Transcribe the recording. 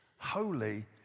holy